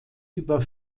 über